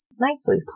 Nicely